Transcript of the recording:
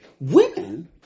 women